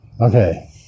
Okay